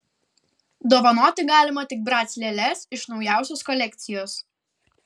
dovanoti galima tik brac lėles iš naujausios kolekcijos